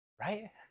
Right